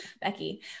Becky